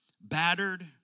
battered